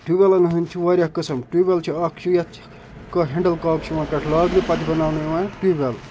tube وٮ۪لَن ہٕنٛز چھِ واریاہ قٕسٕم ٹیوٗب وٮ۪ل چھِ اَکھ چھِ یَتھ کانٛہہ ہٮ۪نٛڈَل کاک چھِ یِوان پٮ۪ٹھ لاگنہٕ پَتہٕ بَناونہٕ یِوان ٹیوٗب وٮ۪ل